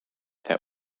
that